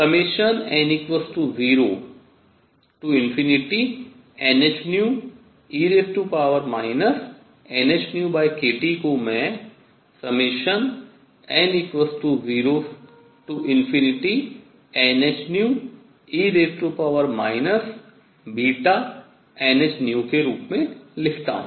n0nhνe nhνkT को मैं n0nhνe βnhν के रूप में लिखता हूँ